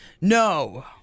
No